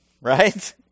Right